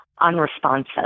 unresponsive